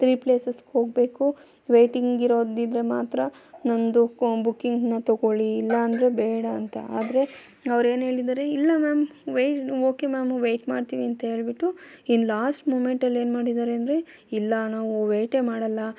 three ಪ್ಲೇಸಸ್ಗೆ ಹೋಗಬೇಕು waiting ಇರೋದಿದ್ದರೆ ಮಾತ್ರ ನಮ್ಮದು ಕೊ ಬುಕ್ಕಿಂಗ್ನ ತಗೊಳ್ಳಿ ಇಲ್ಲ ಅಂದರೆ ಬೇಡ ಅಂತ ಆದರೆ ಅವ್ರ ಏನು ಹೇಳಿದ್ದಾರೆ ಇಲ್ಲ ಮ್ಯಾಮ್ ವೈ ಓಕೆ ಮ್ಯಾಮ್ ವೈಟ್ ಮಾಡ್ತೀನಿ ಅಂತ ಹೇಳಿಬಿಟ್ಟು ಇನ್ ಲಾಸ್ಟ್ ಮೂಮೆಂಟಲ್ಲಿ ಏನು ಮಾಡಿದ್ದಾರೆ ಅಂದರೆ ಇಲ್ಲ ನಾವು ವೈಟೇ ಮಾಡಲ್ಲ